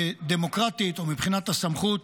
ודמוקרטית, או מבחינת הסמכות,